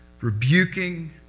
rebuking